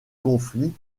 conflits